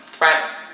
right